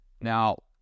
Now